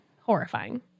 horrifying